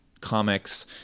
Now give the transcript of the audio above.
comics